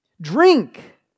drink